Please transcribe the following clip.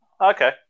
Okay